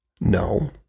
No